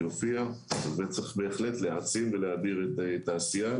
צריך בהחלט להעצים ולהאדיר את העשייה,